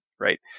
Right